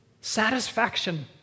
satisfaction